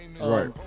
Right